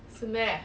ya